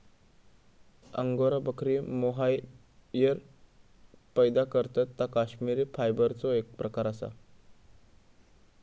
angora बकरी mohair पैदा करतत ता कश्मिरी फायबरचो एक प्रकार असा